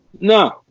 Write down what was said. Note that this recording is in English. No